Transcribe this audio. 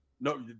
No